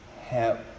help